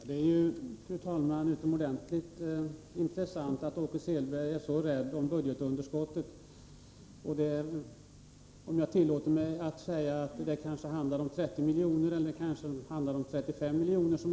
Fru talman! Det är utomordentligt intressant att Åke Selberg är så oroad över budgetunderskottet. Jag tillåter mig att säga att uppräkningen gällde 30 miljoner eller 35 miljoner.